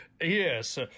Yes